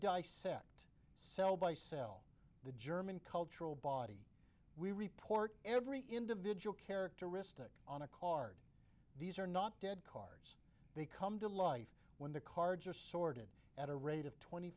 dissect cell by cell the german cultural body we report every individual characteristic on a card these are not dead card they come to life when the cards are sorted at a rate of twenty